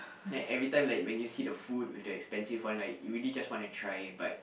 then every time like when you see the food with the expensive one like you really just want to try it but